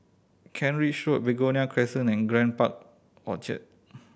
Kent Ridge Road Begonia Crescent and Grand Park Orchard